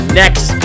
next